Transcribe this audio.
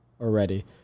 already